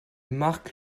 marque